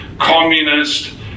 communist